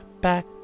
back